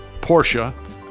Porsche